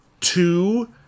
two